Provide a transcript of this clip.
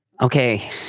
Okay